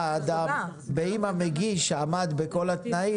ואם המגיש עמד בכל התנאים,